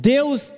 Deus